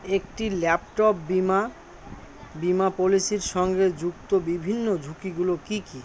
একটি ল্যাপটপ বিমা বিমা পলিসির সঙ্গে যুক্ত বিভিন্ন ঝুঁকিগুলো কী কী